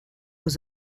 was